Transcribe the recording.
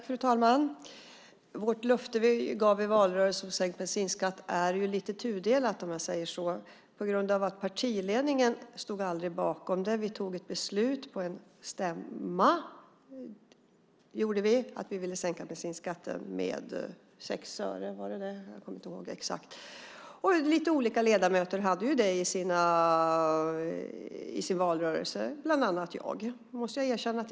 Fru talman! Det löfte vi gav i valrörelsen om sänkt bensinskatt är lite tudelat eftersom partiledningen aldrig stod bakom det. Vi fattade på en stämma beslut om att vi ville sänka bensinskatten med jag tror det var 6 öre, och olika ledamöter förde fram detta i valrörelsen. Bland annat gjorde jag det.